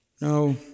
No